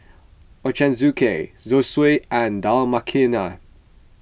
Ochazuke Zosui and Dal Makhani